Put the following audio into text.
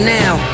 now